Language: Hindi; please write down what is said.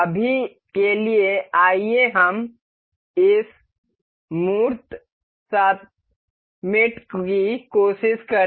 अभी के लिए आइए हम इस मूर्त साथी की कोशिश करें